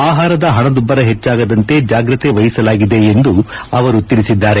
ಆಹಾರದ ಹಣದುಬ್ಬರ ಹೆಚ್ಚಾಗದಂತೆ ಜಾಗ್ರತೆ ವಹಿಸಲಾಗಿದೆ ಎಂದು ಅವರು ತಿಳಿಸಿದ್ದಾರೆ